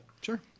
Sure